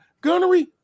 Gunnery